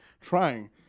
trying